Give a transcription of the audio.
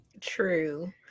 true